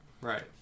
Right